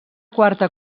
quarta